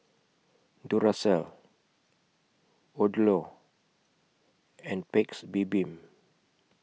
Duracell Odlo and Paik's Bibim